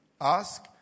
ask